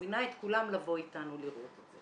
מזמינה את כולם לבוא איתנו לראות.